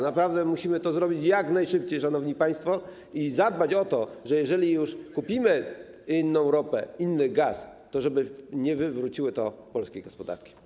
Naprawdę musimy to zrobić jak najszybciej, szanowni państwo, i zadbać o to, żeby - jeżeli już kupimy inną ropę, inny gaz - nie wywróciło to polskiej gospodarki.